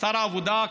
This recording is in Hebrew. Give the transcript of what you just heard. שר העבודה,